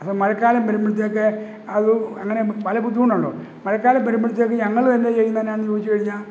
അപ്പോള് മഴക്കാലം വരുമ്പോഴത്തേക്ക് അത് അങ്ങനെ മഴ ബുദ്ധിമുട്ടുണ്ട് മഴക്കാലം വരുമ്പോഴത്തേക്ക് ഞങ്ങള് എന്നാ ചെയ്യുന്നതെന്നാന്ന് ചോദിച്ചു കഴിഞ്ഞാൽ